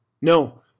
No